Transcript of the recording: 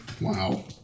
Wow